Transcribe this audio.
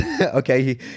Okay